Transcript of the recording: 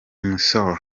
missouri